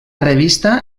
revista